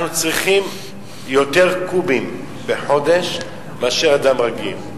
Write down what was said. אנחנו צריכים יותר קוּבים בחודש מאשר אדם רגיל.